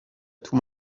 tout